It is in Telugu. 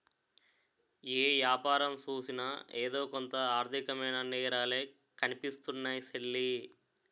ఏ యాపారం సూసినా ఎదో కొంత ఆర్దికమైన నేరాలే కనిపిస్తున్నాయ్ సెల్లీ